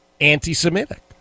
anti-Semitic